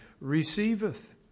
receiveth